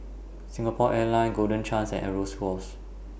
Singapore Airlines Golden Chance and Aero scores